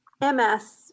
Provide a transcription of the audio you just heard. MS